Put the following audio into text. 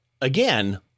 again